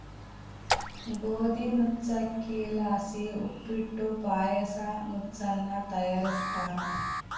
ಗೋದಿ ನುಚ್ಚಕ್ಕಿಲಾಸಿ ಉಪ್ಪಿಟ್ಟು ಪಾಯಸ ನುಚ್ಚನ್ನ ತಯಾರಿಸ್ತಾರ